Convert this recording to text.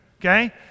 okay